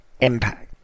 impact